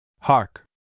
Hark